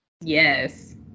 Yes